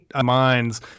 minds